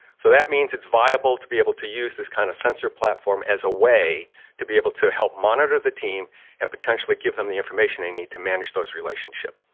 so that means it's viable to be able to use this kind of sensor platform as a way to be able to help monitor the team and potentially give them the information they need to manage those relationships.